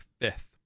fifth